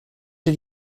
did